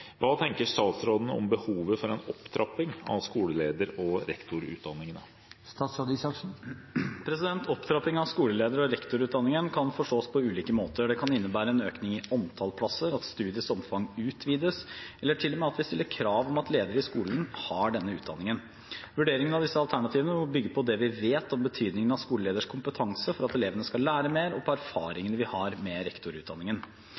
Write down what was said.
Hva tenker statsråden om behovet for en opptrapping av skoleleder- og rektorutdanningene?» Opptrappingen av skoleleder- og rektorutdanningen kan forstås på ulike måter. Det kan innebære en økning i antall plasser, at studiets omfang utvides, eller til og med at vi stiller krav om at ledere i skolen har denne utdanningen. Vurderingen av disse alternativene må bygge på det vi vet om betydningen av skoleleders kompetanse for at elevene skal lære mer, og på erfaringene vi har med rektorutdanningen.